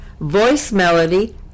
voicemelody